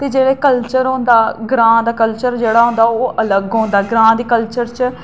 ते जेह्ड़ा कल्चर होंदा ग्रांऽ दा कल्चर जेह्ड़ा होंदा ओह अलग होंदा ग्रांऽ दे कल्चर च